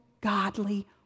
godly